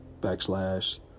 backslash